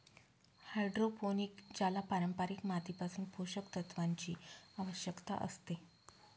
hydroponic ज्याला पारंपारिक मातीपासून पोषक तत्वांची आवश्यकता असते